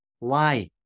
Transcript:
lie